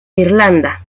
irlanda